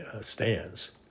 stands